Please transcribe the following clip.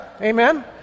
Amen